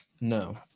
no